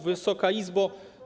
Wysoka Izbo!